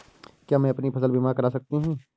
क्या मैं अपनी फसल बीमा करा सकती हूँ?